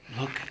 look